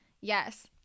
Yes